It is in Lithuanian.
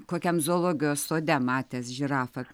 kokiam zoologijos sode matęs žirafą